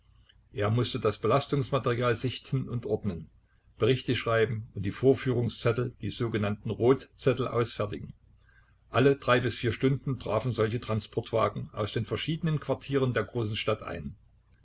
er mußte das belastungsmaterial sichten und ordnen berichte schreiben und die vorführungszettel die sogenannten rotzettel ausfertigen alle drei bis vier stunden trafen solche transportwagen aus den verschiedenen quartieren der großen stadt ein